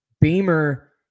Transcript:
Beamer